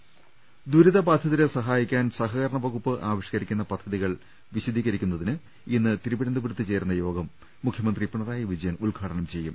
രംഭട്ട്ട്ട്ട്ട്ട്ട്ട്ട ദുരിതബാധിതരെ സഹായിക്കാൻ സഹകരണ വകുപ്പ് ആവിഷ്കരിക്കുന്ന പദ്ധതികൾ വിശദീകരിക്കാൻ ഇന്ന് തിരുവനന്തപുരത്ത് ചേരുന്ന യോഗം മുഖ്യ മന്ത്രി പിണറായി വിജയൻ ഉദ്ഘാടനം ചെയ്യും